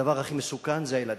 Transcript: הדבר הכי מסוכן זה הילדים.